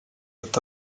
data